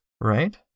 right